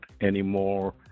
anymore